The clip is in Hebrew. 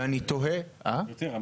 יותר.